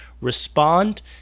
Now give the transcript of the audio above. respond